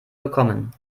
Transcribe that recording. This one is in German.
bekommen